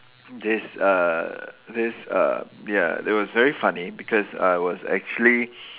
this uh this uh ya it was very funny because I was actually